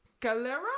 Calera